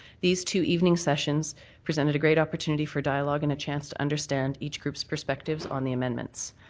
these two evening sessions presented a great opportunity for dialogue and a chance to understand each group's perspective on the amendments.